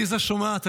עליזה, שומעת?